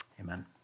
Amen